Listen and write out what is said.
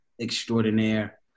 extraordinaire